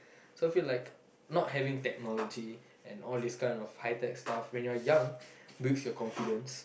so I feel like not having technology and all this kind of high tech stuff when you are young builds your confidence